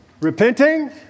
Repenting